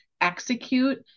execute